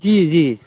जी जी